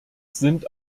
sind